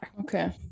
okay